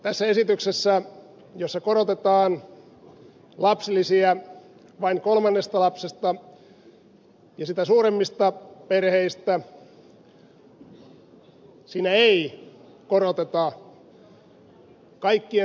tässä esityksessä jossa korotetaan lapsilisiä vain kolmen lapsen ja sitä suuremmille perheille ei koroteta kaikkien lapsiperheitten lapsilisiä